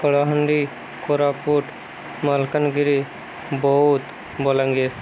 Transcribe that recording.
Kalahandi Koraput Malkangiri Boudh Balangir